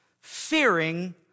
fearing